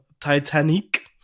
Titanic